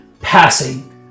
passing